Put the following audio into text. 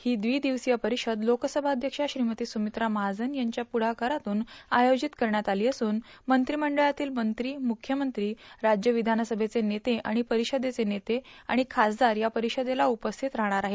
ही द्विदिवसीय परिषद लोकसभा अध्यक्षा श्रीमती सुमित्रा महाजन यांच्या पुढाकारातून आयोजित करण्यात आली असून मंत्रिमंडळातील मंत्री मुख्यमंत्री राज्य विधानसभेचे नेते आणि परिषदेचे नेते तसंच खासदार या परिषदेला उपस्थित राहणार आहेत